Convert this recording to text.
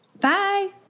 Bye